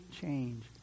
change